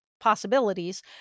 possibilities